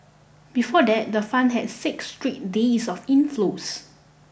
before that the fund had six straight days of inflows